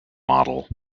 model